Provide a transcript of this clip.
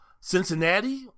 Cincinnati